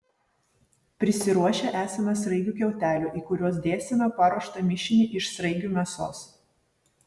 prisiruošę esame sraigių kiautelių į kuriuos dėsime paruoštą mišinį iš sraigių mėsos